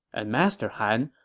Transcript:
and master han,